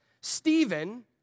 Stephen